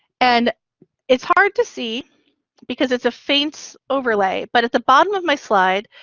and it's hard to see because it's a faint overlay. but at the bottom of my slide,